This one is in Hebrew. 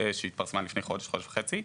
ושהתפרסמה לפני כחודש וחצי.